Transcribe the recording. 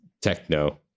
techno